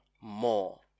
more